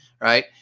right